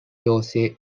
dorsey